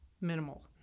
minimal